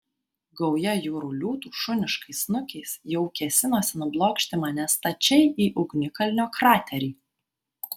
gauja jūrų liūtų šuniškais snukiais jau kėsinosi nublokšti mane stačiai į ugnikalnio kraterį